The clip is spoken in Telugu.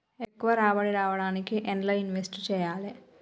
ఎక్కువ రాబడి రావడానికి ఎండ్ల ఇన్వెస్ట్ చేయాలే?